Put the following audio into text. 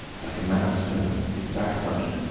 like a man of stone, his back hunched,